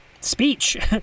speech